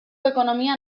ekonomia